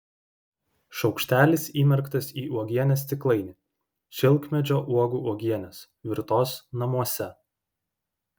šaukštelis įmerktas į uogienės stiklainį šilkmedžio uogų uogienės virtos namuose